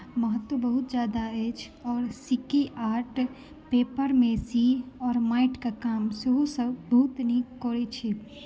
महत्व बहुत जादा अछि आओर सिक्की आर्ट पेपर मैसी आओर माटिक काम सेहो सभ बहुत नीक करै छी